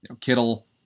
Kittle